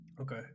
Okay